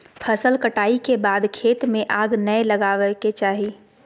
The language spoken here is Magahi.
फसल कटाई के बाद खेत में आग नै लगावय के चाही